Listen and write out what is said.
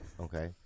Okay